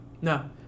No